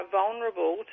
vulnerable